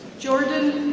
jordan